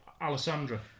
Alessandra